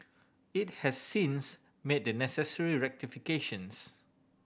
it has since made the necessary rectifications